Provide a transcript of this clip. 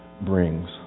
brings